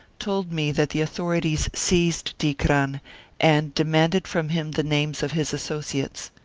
told me that the authorities seized dikran and demanded from him the names of his associates.